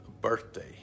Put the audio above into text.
birthday